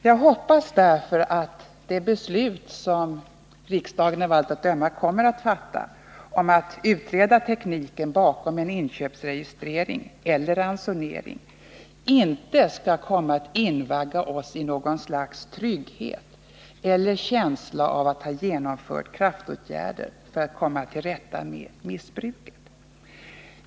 Jag hoppas därför att det beslut som riksdagen av allt att döma kommer att fatta om att utreda tekniken bakom en inköpsregistrering eller ransonering inte skall komma att invagga oss i något slags trygghet eller känsla av att ha vidtagit kraftåtgärder för att komma till rätta med missbruket.